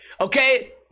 okay